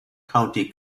county